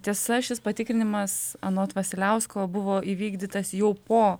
tiesa šis patikrinimas anot vasiliausko buvo įvykdytas jau po